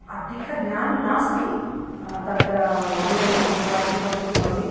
अधिकज्ञानं नास्ति तत्र वर्णयितुं वा किमपि किमपि